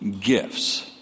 gifts